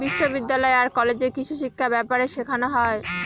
বিশ্ববিদ্যালয় আর কলেজে কৃষিশিক্ষা ব্যাপারে শেখানো হয়